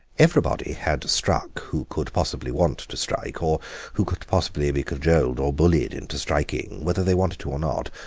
everybody had struck who could possibly want to strike or who could possibly be cajoled or bullied into striking, whether they wanted to or not.